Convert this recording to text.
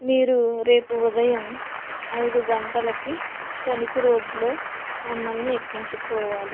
మీరు రేపు ఉదయం ఐదు గంటలకి తణుకు రోడ్డులో మమ్మల్ని ఎక్కించుకోవాలి